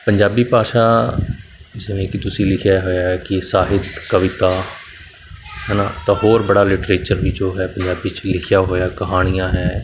ਪੰਜਾਬੀ ਭਾਸ਼ਾ ਜਿਵੇਂ ਕਿ ਤੁਸੀਂ ਲਿਖਿਆ ਹੋਇਆ ਕਿ ਸਾਹਿਤ ਕਵਿਤਾ ਹੈ ਨਾ ਤਾਂ ਹੋਰ ਬੜਾ ਲਿਟਰੇਚਰ ਵੀ ਜੋ ਹੈ ਪੰਜਾਬੀ 'ਚ ਲਿਖਿਆ ਹੋਇਆ ਕਹਾਣੀਆਂ ਹੈ